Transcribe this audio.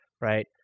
right